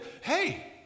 hey